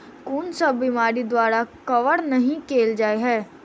कुन सब बीमारि द्वारा कवर नहि केल जाय है?